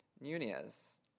Nunez